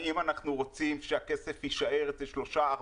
האם אנחנו רוצים שהכסף יישאר אצל שלושה או ארבעה,